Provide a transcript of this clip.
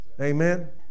amen